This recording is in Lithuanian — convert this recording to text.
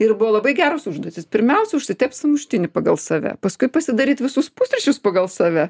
ir buvo labai geros užduotys pirmiausia užsitept sumuštinį pagal save paskui pasidaryt visus pusryčius pagal save